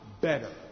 better